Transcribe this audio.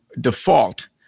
default